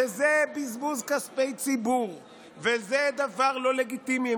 שזה בזבוז כספי ציבור וזה דבר לא לגיטימי.